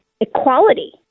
equality